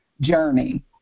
journey